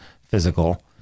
physical